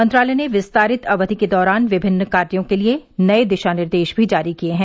मंत्रालय ने विस्तारित अवधि के दौरान विभिन्न कार्यों के लिए नए दिशा निर्देश भी जारी किए हैं